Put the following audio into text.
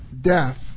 death